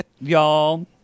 Y'all